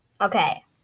Okay